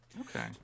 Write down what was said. Okay